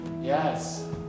Yes